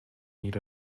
need